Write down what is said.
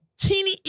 teeny